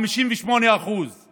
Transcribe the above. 58%;